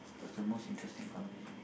so more interesting conversation you've